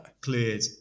cleared